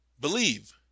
Believe